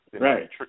Right